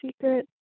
secret